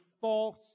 false